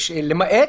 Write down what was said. למעט